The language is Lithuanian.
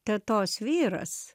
tetos vyras